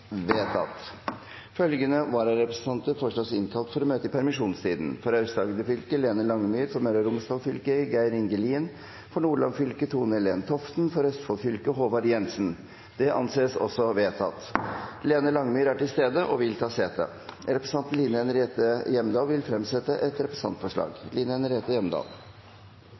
Følgende vararepresentanter innkalles for å møte i permisjonstiden: For Aust-Agder fylke: Lene Langemyr For Møre og Romsdal fylke: Geir Inge Lien For Nordland fylke: Tone-Helen Toften For Østfold fylke: Håvard Jensen Lene Langemyr er til stede og vil ta sete. Representanten Line Henriette Hjemdal vil fremsette et representantforslag.